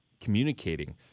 communicating